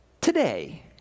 today